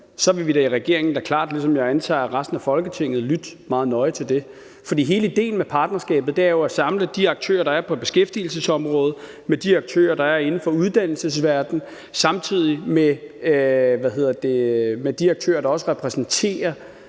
vil vi da i regeringen klart lytte – ligesom jeg antager at resten af Folketinget vil – meget nøje til det. For hele ideen med partnerskaber er jo at samle de aktører, der er på beskæftigelsesområdet, med de aktører, der er inden for uddannelsesverdenen, og også de aktører, der repræsenterer